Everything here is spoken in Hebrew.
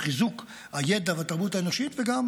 בחיזוק הידע והתרבות האנושית וגם